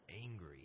angry